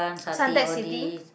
Suntec-City